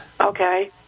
Okay